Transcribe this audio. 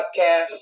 podcast